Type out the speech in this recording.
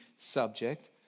subject